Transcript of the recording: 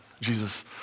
Jesus